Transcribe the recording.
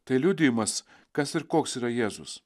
tai liudijimas kas ir koks yra jėzus